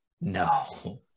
No